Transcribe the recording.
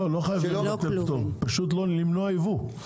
לא חייבים לבטל פטור, אלא פשוט למנוע ייבוא.